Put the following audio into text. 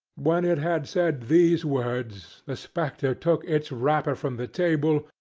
when it had said these words, the spectre took its wrapper from the table,